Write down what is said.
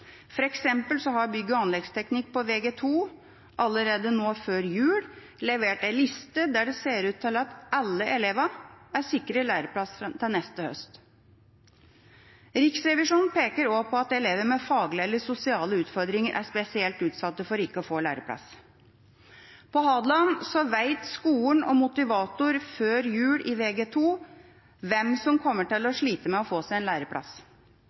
har bygg- og anleggsteknikk på Vg2 allerede nå før jul levert en liste der det ser ut til at alle elevene er sikret læreplass til neste høst. Riksrevisjonen peker også på at elever med faglige eller sosiale utfordringer er spesielt utsatt for ikke å få læreplass. På Hadeland vet skolen og motivator før jul hvem i Vg2 som kommer til å slite med å få seg en læreplass.